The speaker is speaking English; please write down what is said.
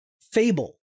Fable